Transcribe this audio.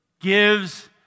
gives